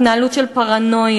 התנהלות של פרנויה,